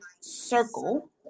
circle